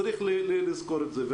צריך לזכור את זה.